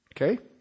Okay